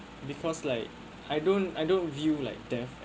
because like I don't I don't view like death